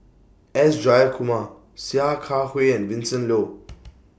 S Jayakumar Sia Kah Hui and Vincent Leow